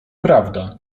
prawda